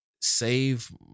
save